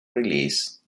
released